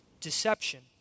deception